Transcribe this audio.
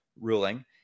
ruling